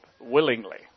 willingly